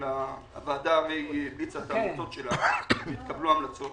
הוועדה הרי המליצה את ההמלצות שלה והתקבלו ההמלצות.